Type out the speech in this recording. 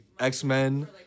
X-Men